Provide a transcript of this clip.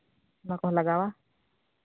ᱵᱟᱠᱚ ᱞᱟᱜᱟᱣᱟ